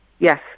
Yes